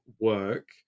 work